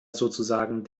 sozusagen